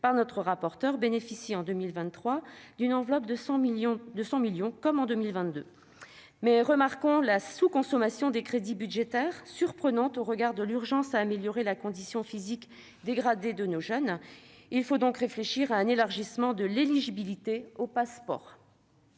par notre rapporteur, bénéficie en 2023 d'une enveloppe de 100 millions d'euros, comme en 2022. Néanmoins, nous relevons la sous-consommation des crédits budgétaires, surprenante alors qu'il est urgent d'améliorer la condition physique dégradée de nos jeunes. Il faut donc réfléchir à une extension de l'éligibilité au Pass'Sport.